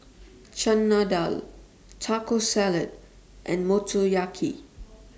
Chana Dal Taco Salad and Motoyaki